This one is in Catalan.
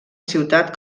ciutat